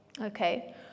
Okay